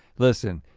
listen.